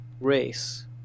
race